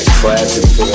classic